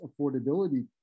affordability